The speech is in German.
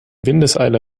windeseile